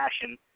passion